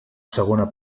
segona